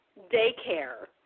daycare